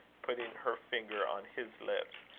putting her finger on his lips,